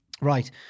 Right